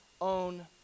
own